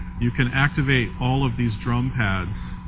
you can activate all of this drum pads